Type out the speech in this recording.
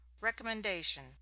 Recommendation